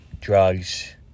drugs